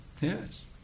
Yes